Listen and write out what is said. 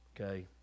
Okay